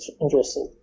interested